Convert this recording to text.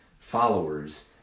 followers